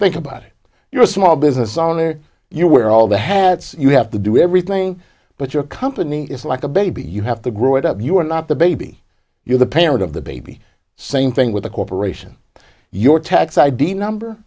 think about it you're a small business owner you wear all the hat you have to do everything but your company is like a baby you have to grow it up you're not the baby you're the parent of the baby same thing with a corporation your tax id number